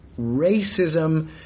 Racism